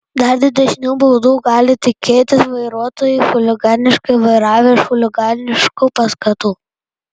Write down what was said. dar didesnių baudų gali tikėtis vairuotojai chuliganiškai vairavę iš chuliganiškų paskatų